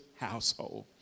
household